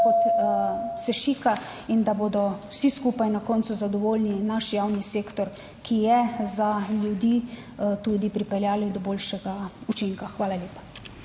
kot se šika in da bodo vsi skupaj na koncu zadovoljni, naš javni sektor, ki je za ljudi tudi pripeljali do boljšega učinka. Hvala lepa.